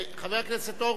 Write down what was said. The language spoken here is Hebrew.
חבר הכנסת הורוביץ,